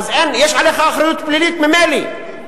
יש עליך אחריות פלילית ממילא,